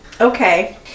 Okay